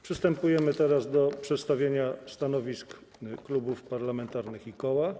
Przystępujemy teraz do przedstawienia stanowisk klubów parlamentarnych i koła.